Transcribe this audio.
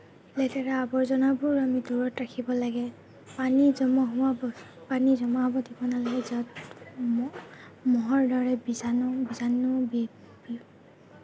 লেতেৰা আৱৰ্জনাবোৰ আমি দূৰত ৰাখিব লাগে পানী জমা হোৱা বচ পানী জমা হ'ব দিব নালাগে য'ত ম মহৰ দৰে বিজাণু বিজাণু বি বি